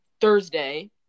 Thursday